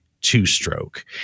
two-stroke